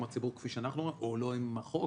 עם הציבור כפי שאנחנו רואים או לא עם החוק,